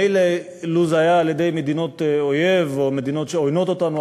מילא לו זה היה על-ידי מדינות אויב או מדינות שעוינות אותנו,